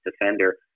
defender